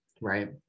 right